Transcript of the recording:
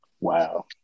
Wow